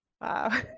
wow